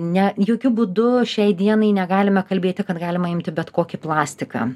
ne jokiu būdu šiai dienai negalime kalbėti kad galima imti bet kokį plastiką